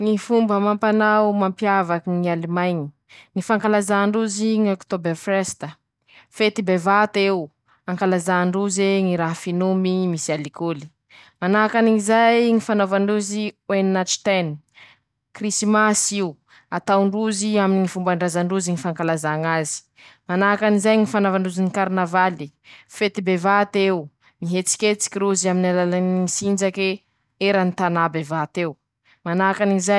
ñy foma amampanao mampiavaky an'Alimaiñy: ñy fankalazà ndrozy ñy Oktebefreste, fety bevat'eo, akalazandroze ñy raha finomy misy alikôly, manahakan'izay ñy fanaovandrozy oenatsiteny, krisimas'io ataondrozy aminy ñy fombandraza ndrozy ñy fankalazà azy, manahakan'izay ñy fanaovandrozy ñy karinavaly, fety bevat'eo, mihetsiketsiky rozy amin'alalany sinjake, eranintanà bevat'eo mana.